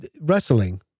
wrestling